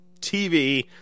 TV